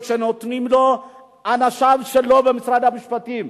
שנותנים לו אנשיו שלו במשרד המשפטים.